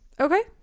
Okay